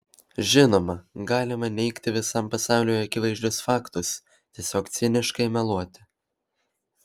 žinoma galima neigti visam pasauliui akivaizdžius faktus tiesiog ciniškai meluoti